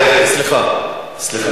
נתוני,